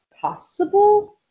possible